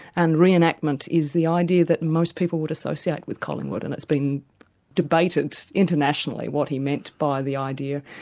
and re-enactment is the idea that most people would associate with collingwood, and that's been debated internationally, what he meant by the idea.